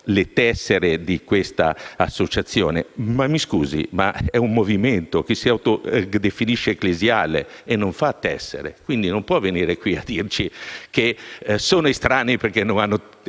le tessere di Comunione e Liberazione. Ma - mi scusi - è un movimento che si autodefinisce ecclesiale e non fa tessere. Quindi, non può venire qui a dirci che sono estranei perché non hanno